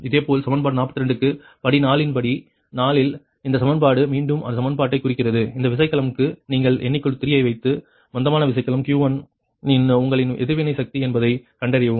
இதேபோல் சமன்பாடு 42 க்கு படி 4 இன் படி 4 இல் இந்த சமன்பாடு மீண்டும் இந்த சமன்பாட்டைக் குறிக்கிறது இந்த விசைக்கலம்க்கு நீங்கள் n 3 ஐ வைத்து மந்தமான விசைக்கலம் Q1 இன் உங்களின் எதிர்வினை சக்தி என்ன என்பதைக் கண்டறியவும்